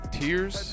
tears